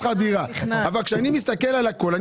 אבל כשאני מסתכל על הכול,